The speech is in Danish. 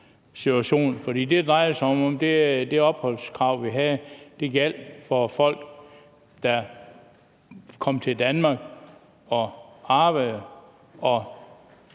situation, for det, det drejer sig om, er det opholdskrav, vi har, for at få dagpenge. Det gælder for folk, der kommer til Danmark og arbejder og